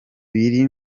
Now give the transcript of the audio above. biri